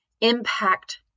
impact